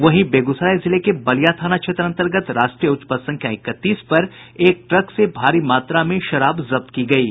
वहीं बेगूसराय जिले के बलिया थाना क्षेत्र अंतर्गत राष्ट्रीय उच्च पथ संख्या इकतीस पर एक ट्रक से भारी मात्रा में शराब जब्त की गयी है